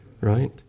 right